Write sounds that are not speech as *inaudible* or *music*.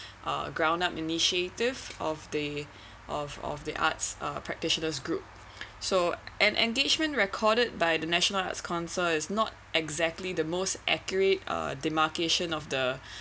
uh ground up initiative of the of of of the arts uh practitioners group so an engagement recorded by the national arts council is not exactly the most accurate uh demarcation of the *breath*